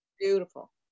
beautiful